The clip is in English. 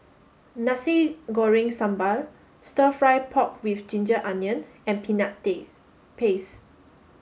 Nasi Goreng Sambal stir fry pork with ginger onion and peanut this paste